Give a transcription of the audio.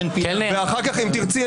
ואחר כך אם תרצי,